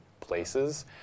places